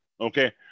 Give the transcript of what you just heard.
Okay